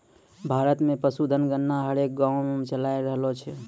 भारत मे पशुधन गणना हरेक गाँवो मे चालाय रहलो छै